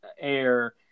air